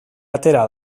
atera